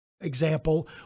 example